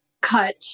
cut